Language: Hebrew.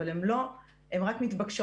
אבל הן רק מתבקשות.